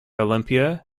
olimpia